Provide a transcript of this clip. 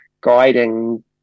guiding